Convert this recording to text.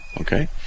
okay